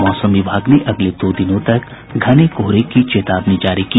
और मौसम विभाग ने अगले दो दिनों तक घने कोहरे की चेतावनी जारी की